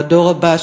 והדור הבא,